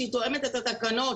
שהיא תואמת את התקנות,